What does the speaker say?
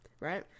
right